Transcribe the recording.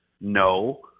No